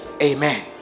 Amen